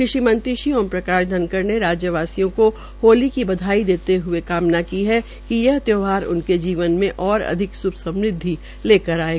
कृषि मंत्री श्री ओम प्रकाश धनखड़ राज्य वासियों को होली की बधाई देते हए कामना की कि यह त्यौहार उनके जीवन में और अधिक सुख समृदवि लेकर आये